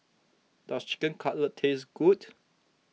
does Chicken Cutlet taste good